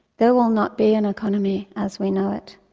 there will not be an economy as we know it.